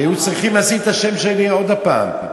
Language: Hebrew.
כי היו צריכים לשים את השם שלי עוד הפעם,